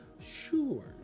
Sure